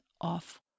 off